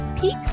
peak